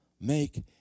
make